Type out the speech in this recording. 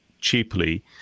cheaply